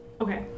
Okay